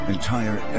Entire